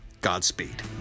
Godspeed